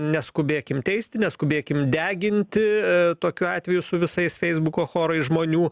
neskubėkim teisti neskubėkim deginti a tokiu atveju su visais feisbuko chorui žmonių